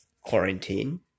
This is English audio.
quarantine